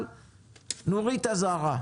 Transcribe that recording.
אבל נורית אזהרה: